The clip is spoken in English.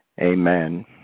Amen